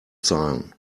zahlen